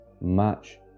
Match